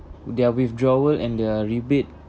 their withdrawal and their rebate